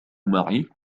معي